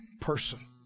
person